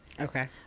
Okay